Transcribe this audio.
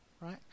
right